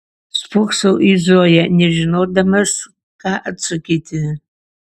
spoksau į zoją nežinodamas ką atsakyti